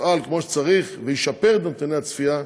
יפעל כמו שצריך וישפר את נתוני הצפייה,